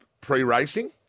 pre-racing